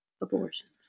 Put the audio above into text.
abortions